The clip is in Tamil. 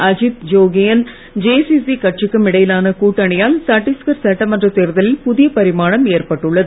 அஜீத் ஜோகி யின் ஜேசிசி கட்சிக்கும் இடையிலான கூட்டணியால் சட்டீஸ்கர் சட்டமன்ற தேர்தலில் புதிய பரிமாணம் ஏற்பட்டுள்ளது